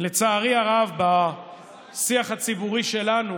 לצערי הרב, בשיח הציבורי שלנו